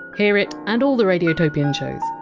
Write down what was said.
hear it, and all the radiotopian shows,